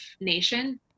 nation